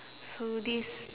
so this